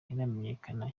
ntiramenyekana